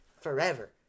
forever